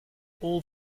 all